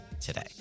today